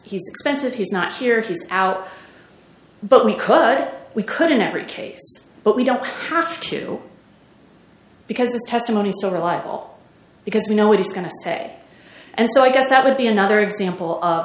expensive he's not here if he's out but we could we could in every case but we don't have to because the testimony so reliable because we know what he's going to say and so i guess that would be another example